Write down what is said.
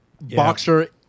boxer